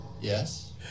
Yes